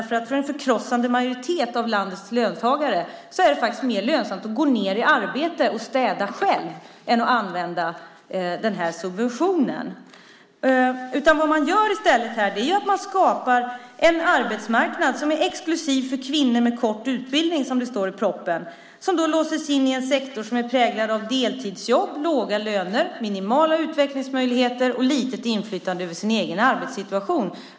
För en förkrossande majoritet av landets löntagare är det mer lönsamt att gå ned i arbetstid och städa själv än att använda den här subventionen. Vad man gör är i stället att skapa en arbetsmarknad som är exklusiv för kvinnor med kort utbildning, som det står i propositionen, som då låses in i en sektor som är präglad av deltidsjobb, låga löner, minimala utvecklingsmöjligheter och litet inflytande över sin egen arbetssituation.